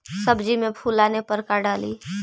सब्जी मे फूल आने पर का डाली?